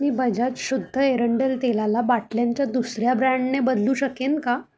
मी बजाज शुद्ध एरंडेल तेलाला बाटल्यांच्या दुसऱ्या ब्रँडने बदलू शकेन का